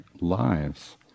lives